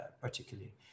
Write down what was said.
particularly